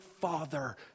father